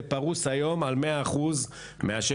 זה פרוס היום על 100% מהשטח,